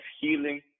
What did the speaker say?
healing